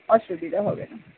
অসুবিধা হবে না